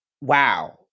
Wow